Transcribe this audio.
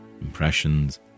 impressions